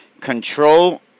control